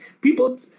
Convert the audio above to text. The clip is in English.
people